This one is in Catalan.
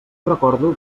recordo